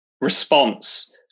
response